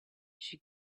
she